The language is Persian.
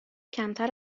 کمتر